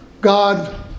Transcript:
God